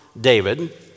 David